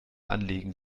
anlegen